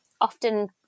often